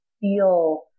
feel